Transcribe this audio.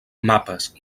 mapes